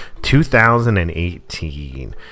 2018